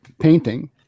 painting